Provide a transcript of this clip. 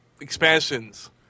expansions